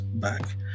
back